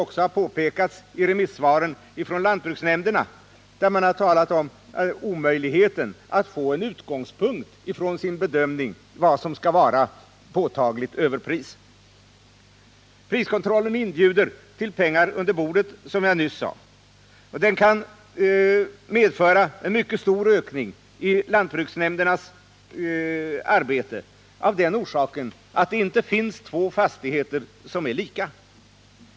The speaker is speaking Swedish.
också har påpekats i remissvaren från en del lantbruksnämnder, där man har talat om omöjligheten av att få en absolut rättvis utgångspunkt för sin bedömning av vad som skall vara påtagligt överpris. Priskontrollen kan också medföra en mycket stor ökning i lantbruksnämndernas arbete, av den orsaken att det inte finns två fastigheter som är lika.